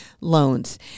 loans